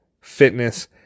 fitness